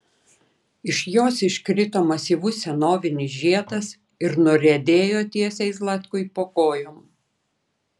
iš jos iškrito masyvus senovinis žiedas ir nuriedėjo tiesiai zlatkui po kojom